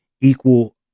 equal